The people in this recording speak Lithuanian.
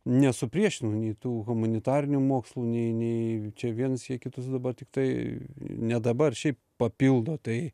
nesupriešinu nei tų humanitarinių mokslų nei nei čia viens jie į kitus dabar tiktai ne dabar šiaip papildo tai